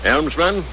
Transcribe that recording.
Elmsman